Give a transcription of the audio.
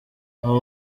aho